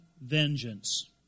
vengeance